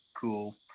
cool